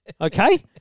okay